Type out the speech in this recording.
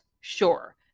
Sure